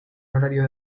horario